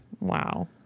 Wow